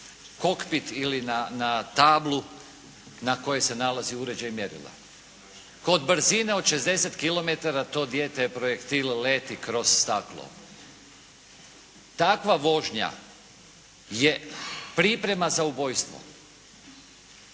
kokpit ili na tablu na kojoj se nalazi uređaj i mjerila. Kod brzine od 60 km to dijete je projektil. Leti kroz staklo. Takva vožnja je priprema za ubojstvo.